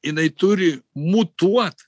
jinai turi mutuot